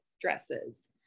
dresses